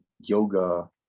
yoga